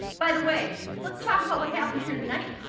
by the way, let's talk about what happened here tonight.